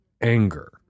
anger